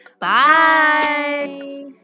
Bye